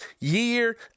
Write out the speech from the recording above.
year